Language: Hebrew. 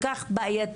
כל כך בעייתי,